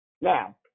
Now